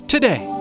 Today